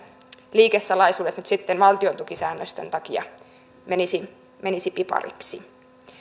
liikesalaisuudet nyt sitten valtiontukisäännöstön takia menisi menisi pipariksi